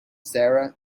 sarah